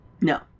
No